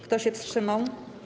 Kto się wstrzymał?